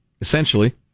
Essentially